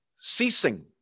ceasing